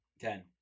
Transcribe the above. Ten